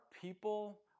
people